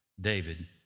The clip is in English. David